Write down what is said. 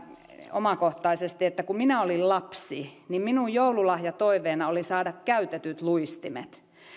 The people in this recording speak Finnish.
omakohtaisesti että että kun minä olin lapsi niin minun joululahjatoiveenani oli saada käytetyt luistimet